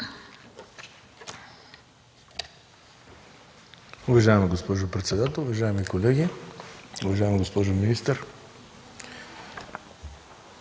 Уважаема госпожо председател, уважаеми колеги, уважаема госпожо министър!